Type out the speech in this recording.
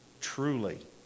truly